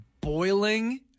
boiling